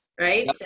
right